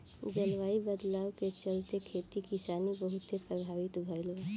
जलवायु बदलाव के चलते, खेती किसानी बहुते प्रभावित भईल बा